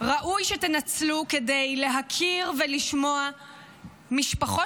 ראוי שתנצלו כדי להכיר ולשמוע משפחות